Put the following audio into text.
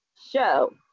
show